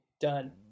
Done